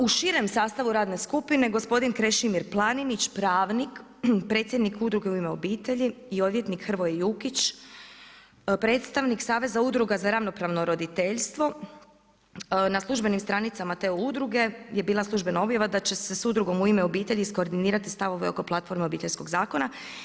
U širem sastavu radne skupine, gospodin Krešimir Planinić, pravnik, predsjednik udruge U ime obitelji i odvjetnik Hrvoje Jukić, predstavnik saveza udruga za ravnopravno roditeljstvo, na službenim stranicama te udruge je bila službena objava da će se s udrugom U ime obitelji koordinirati stavove oko platforme Obiteljskog zakona.